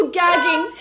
gagging